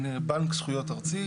בנק זכויות ארצי.